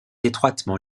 étroitement